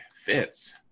fits